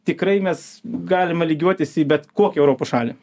tikrai mes galime lygiuotis į bet kokią europos šalį